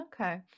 Okay